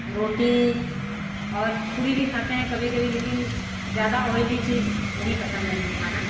रोटी और पूरी भी खाते हैं कभी कभी लेकिन ज़्यादा ऑयली चीज़ नहीं पसंद है हम को खाना